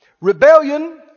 Rebellion